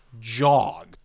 jog